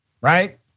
right